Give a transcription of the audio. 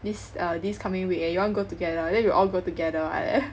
this err this coming week eh you want to go together then we will all go together [one]